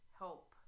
help